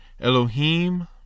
Elohim